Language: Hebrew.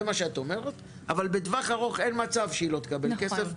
זה מה שאת אומרת אבל בטווח הארוך אין מצב שהיא לא תקבל כסף,